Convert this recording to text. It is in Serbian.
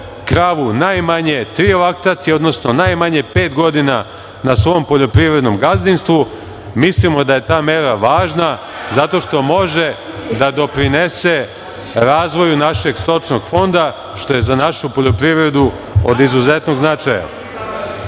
kravu najmanje tri laktacije, odnosno najmanje pet godina na svom poljoprivrednom gazdinstvu. Mislimo da je ta mera važna zato što može da doprinese razvoju našeg stočnog fonda što je za našu poljoprivredu od izuzetnog značaja. Tačka